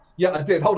yeah i did, hold